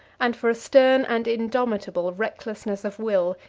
and for a stern and indomitable recklessness of will,